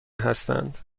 هستند